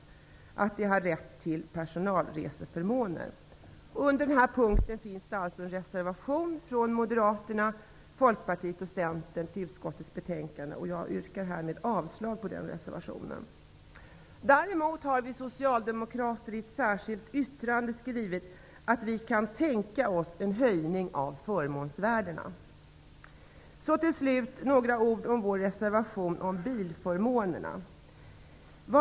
De skall ha rätt till personalreseförmåner. Under den här punkten finns det alltså en reservation till utskottets betänkande från Centern, och jag yrkar härmed avslag på denna reservation. Däremot har vi socialdemokrater i ett särskilt yttrande skrivit att vi kan tänka oss en höjning av förmånsvärdena. Så till slut några ord om vår reservation om bilförmånerna.